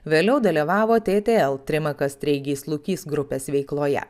vėliau dalyvavo tėtėel trimakas treigys lukys grupės veikloje